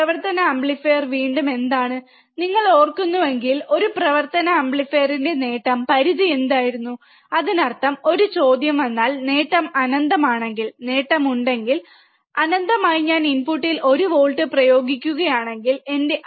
പ്രവർത്തന ആംപ്ലിഫയർന്റെ വീണ്ടും എന്താണ് നിങ്ങൾ ഓർക്കുന്നുവെങ്കിൽ ഒരു പ്രവർത്തന ആംപ്ലിഫയറിന്റെ നേട്ടം പരിധി എന്തായിരുന്നു അതിനർത്ഥം ഒരു ചോദ്യം വന്നാൽ നേട്ടം അനന്തമാണെങ്കിൽ നേട്ടമുണ്ടെങ്കിൽ അനന്തമായി ഞാൻ ഇൻപുട്ടിൽ 1 വോൾട്ട് പ്രയോഗിക്കുകയാണെങ്കിൽ എന്റെ